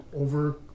over